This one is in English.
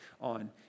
on